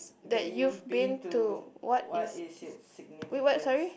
that you've been to what is its significance